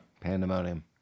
Pandemonium